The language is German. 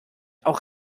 auch